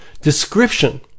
description